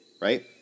right